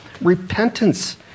Repentance